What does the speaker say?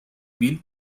bill